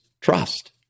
trust